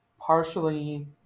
partially